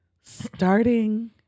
Starting